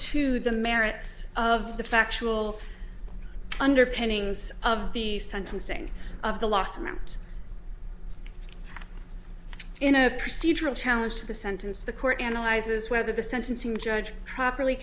to the merits of the factual underpinnings of the sentencing of the last amount in a procedural challenge to the sentence the court analyzes whether the sentencing judge properly